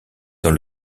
dans